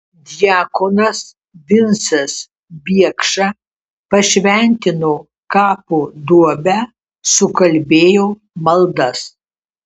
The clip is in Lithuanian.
diakonas vincas biekša pašventino kapo duobę sukalbėjo maldas